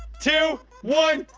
two, one,